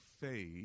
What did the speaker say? faith